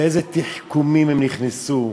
באיזה תחכומים הם נכנסו,